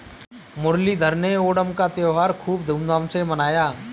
मुरलीधर ने ओणम का त्योहार खूब धूमधाम से मनाया